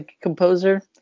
composer